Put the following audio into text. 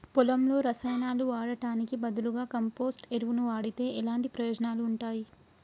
పొలంలో రసాయనాలు వాడటానికి బదులుగా కంపోస్ట్ ఎరువును వాడితే ఎలాంటి ప్రయోజనాలు ఉంటాయి?